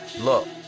Look